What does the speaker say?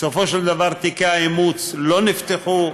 בסופו של דבר תיקי האימוץ לא נפתחו,